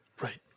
Right